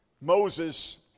Moses